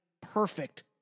perfect